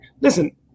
Listen